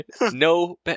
No